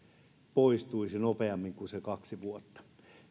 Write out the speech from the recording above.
poistuisi nopeammin kuin siinä kahdessa vuodessa